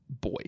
boy